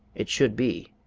it should be.